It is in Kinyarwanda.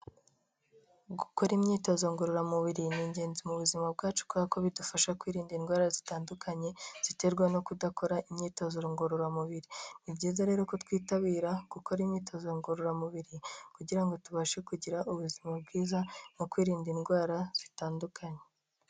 Gukora imyitozo ngororamubiri ni ingenzi mu buzima bwacu, kubera ko bidufasha kwirinda indwara zitandukanye ziterwa no kudakora imyitozo ngororamubiri, ni byiza rero ko twitabira gukora imyitozo ngororamubiri kugira ngo tubashe kugira ubuzima bwiza, no kwirinda indwara zitandukanye.